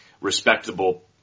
respectable